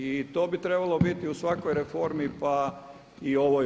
I to bi trebalo biti u svakoj reformi pa i ovdje.